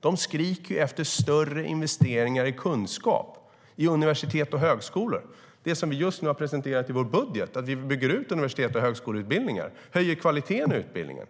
De skriker ju efter större investeringar i kunskap, universitet och högskolor. I vår budget har vi precis presenterat att vi bygger ut universitets och högskoleutbildningar och höjer kvaliteten i utbildningen.